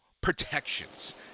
protections